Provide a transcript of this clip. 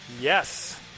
Yes